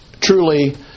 truly